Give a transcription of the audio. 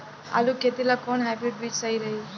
आलू के खेती ला कोवन हाइब्रिड बीज सही रही?